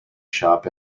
shop